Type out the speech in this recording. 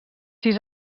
sis